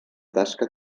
tasca